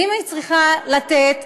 ואם היא צריכה לתת,